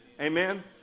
Amen